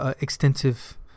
extensive